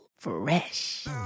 fresh